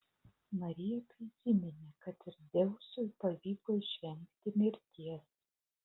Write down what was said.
marija prisiminė kad ir dzeusui pavyko išvengti mirties